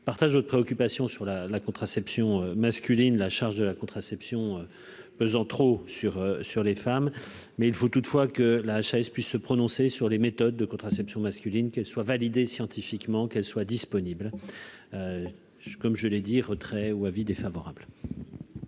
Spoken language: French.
je partage votre préoccupation sur la la contraception masculine, la charge de la contraception pesant trop sur sur les femmes, mais il faut toutefois que la HAS puisse se prononcer sur les méthodes de contraception masculine, qu'elle soit validée scientifiquement qu'elle soit disponible je comme je l'ai dit retrait ou avis défavorable.